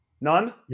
None